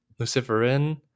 Luciferin